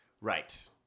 right